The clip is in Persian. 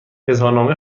اظهارنامه